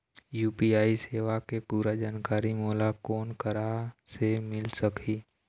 UPI सेवा के पूरा जानकारी मोला कोन करा से मिल सकही?